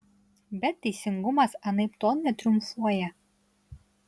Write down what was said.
bet teisingumas anaiptol netriumfuoja